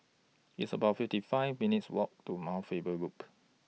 It's about fifty five minutes' Walk to Mount Faber Loop